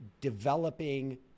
developing